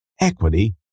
equity